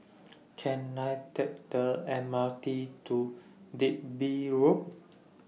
Can I Take The M R T to Digby Road